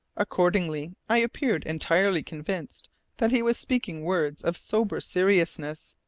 accordingly i appeared entirely convinced that he was speaking words of sober seriousness,